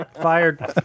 Fired